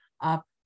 up